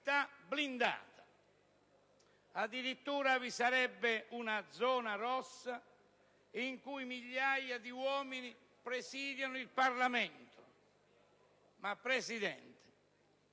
blindata. Addirittura vi sarebbe una zona rossa in cui migliaia di uomini presidiano il Parlamento. Ma, Presidente,